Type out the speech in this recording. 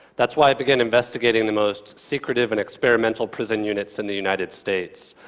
that's why i began investigating the most secretive and experimental prison units in the united states,